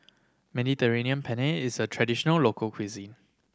Mediterranean Penne is a traditional local cuisine